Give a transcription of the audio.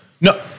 No